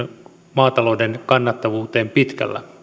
maatalouden kannattavuuteen pitkällä